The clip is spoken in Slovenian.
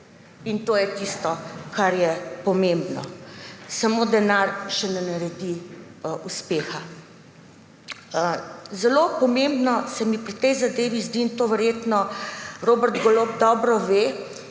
In to je tisto, kar je pomembno. Samo denar še ne naredi uspeha. Zelo pomembno se mi pri tej zadevi zdi, in to verjetno Robert Golob dobro ve,